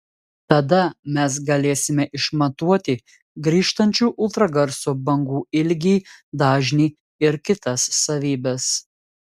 tada mes galėsime išmatuoti grįžtančių ultragarso bangų ilgį dažnį ir kitas savybes